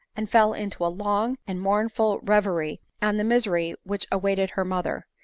and fell into a long and mournful reverie on the misery which awaited her mother,